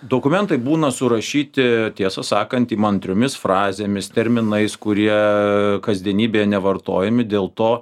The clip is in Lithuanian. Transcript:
dokumentai būna surašyti tiesą sakant įmantriomis frazėmis terminais kurie kasdienybėje nevartojami dėl to